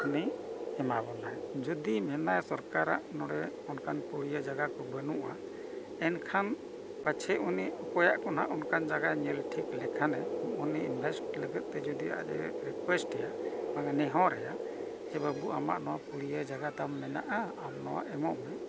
ᱩᱱᱤ ᱮᱢᱟ ᱵᱚᱱᱟᱭ ᱡᱩᱫᱤ ᱢᱮᱱᱟᱭ ᱥᱚᱨᱠᱟᱨᱟᱜ ᱱᱚᱰᱮ ᱚᱱᱠᱟᱱ ᱯᱩᱲᱤᱭᱟᱹ ᱡᱟᱭᱜᱟ ᱠᱚ ᱵᱟᱹᱱᱩᱜᱼᱟ ᱮᱱᱠᱷᱟᱱ ᱯᱟᱪᱷᱮ ᱩᱱᱤ ᱚᱠᱚᱭᱟᱜ ᱠᱚ ᱱᱟᱜ ᱚᱱᱠᱟᱱ ᱡᱟᱭᱜᱟ ᱧᱮᱞ ᱴᱷᱤᱠ ᱞᱮᱠᱷᱟᱱᱮ ᱩᱱᱤ ᱤᱱᱵᱷᱮᱥᱴ ᱞᱟᱹᱜᱤᱫ ᱛᱮ ᱡᱩᱫᱤ ᱟᱡ ᱮ ᱨᱤᱠᱩᱭᱥᱴ ᱮᱭᱟ ᱵᱟᱝᱟ ᱱᱮᱦᱚᱨᱮᱭᱟ ᱡᱮ ᱵᱟᱹᱵᱩ ᱟᱢᱟᱜ ᱱᱚᱣᱟ ᱯᱩᱲᱤᱭᱟᱹ ᱡᱟᱭᱜᱟ ᱛᱟᱢ ᱢᱮᱱᱟᱜᱼᱟ ᱟᱢ ᱱᱚᱣᱟ ᱮᱢᱚᱜ ᱢᱮ